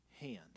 hand